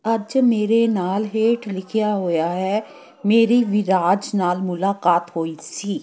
ਅੱਜ ਮੇਰੇ ਨਾਲ ਹੇਠ ਲਿਖਿਆ ਹੋਇਆ ਹੈ ਮੇਰੀ ਵਿਰਾਜ ਨਾਲ ਮੁਲਾਕਾਤ ਹੋਈ ਸੀ